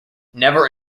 never